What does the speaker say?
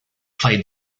played